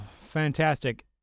fantastic